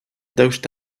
daoust